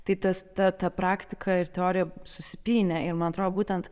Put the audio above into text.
tai tas ta ta praktika ir teorija susipynė ir man atrodo būtent